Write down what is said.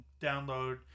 download